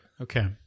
Okay